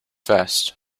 vest